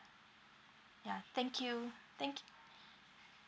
ya thank you thank